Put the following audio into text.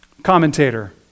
commentator